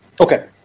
Okay